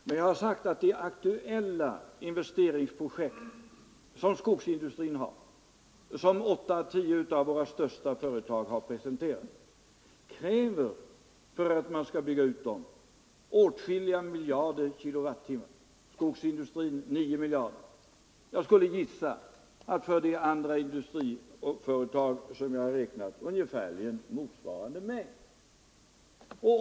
Men jag har sagt att de aktuella investeringsprojekt som skogsindustrin och åtta — tio av våra största företag har presenterat kräver åtskilliga miljarder kilowattimmar —- för skogsindustrin 9 miljarder, och för de andra industriföretagen ungefär samma mängd, skulle jag gissa.